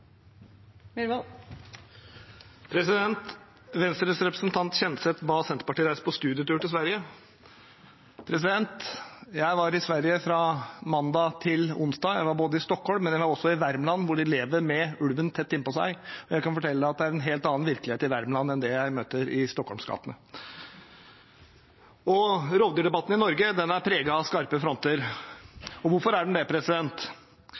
ord. Venstres representant Kjenseth ba Senterpartiet reise på studietur til Sverige. Jeg var i Sverige fra mandag til onsdag. Jeg var i Stockholm, men jeg var også i Värmland, hvor de lever med ulven tett innpå seg. Jeg kan fortelle at det er en helt annen virkelighet i Värmland enn den jeg møter i Stockholms gater. Rovdyrdebatten i Norge er preget av skarpe fronter. Hvorfor er den det?